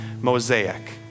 mosaic